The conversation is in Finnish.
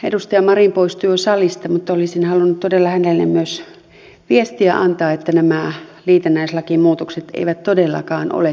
edustaja marin poistui jo salista mutta olisin halunnut todella hänelle myös viestiä antaa että nämä liitännäislakimuutokset eivät todellakaan ole teknisiä